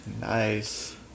Nice